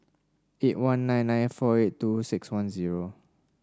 eight one nine nine four eight two six one zero